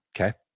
Okay